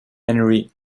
henry